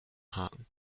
haken